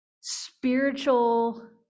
spiritual